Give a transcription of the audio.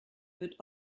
wird